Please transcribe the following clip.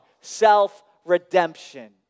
self-redemption